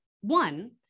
One